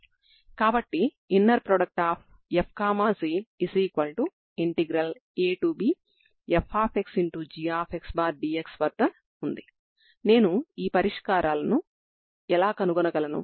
కాబట్టి మీరు utt c2 uxx 0 ను సమస్యగా 0 x L t 0 ను డొమైన్ గా ux0 f utx0g ను ప్రాథమిక నియమాలుగా ux0t 0 uLt 0 లను సరిహద్దు నియమాలుగా కలిగి ఉన్నారు